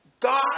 God